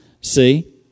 see